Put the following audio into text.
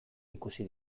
ikusi